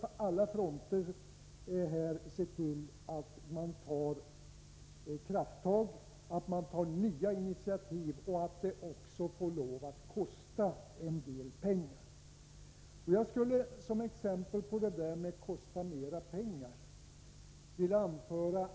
På alla fronter krävs det alltså krafttag och nya initiativ. Vi får finna oss i att det kostar en del pengar.